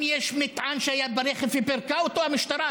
אם יש מטען שהיה ברכב ופירקה אותו המשטרה,